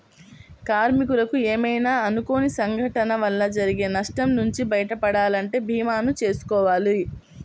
కార్మికులకు ఏమైనా అనుకోని సంఘటనల వల్ల జరిగే నష్టం నుంచి బయటపడాలంటే భీమాలు చేసుకోవాలి